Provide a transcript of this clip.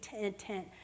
intent